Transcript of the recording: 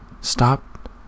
stop